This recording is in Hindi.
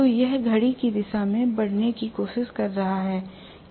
तो यह घड़ी की दिशा में बढ़ने की कोशिश कर सकता है